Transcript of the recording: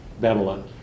Babylon